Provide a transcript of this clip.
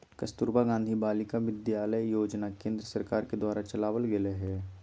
कस्तूरबा गांधी बालिका विद्यालय योजना केन्द्र सरकार के द्वारा चलावल गेलय हें